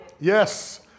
Yes